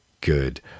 good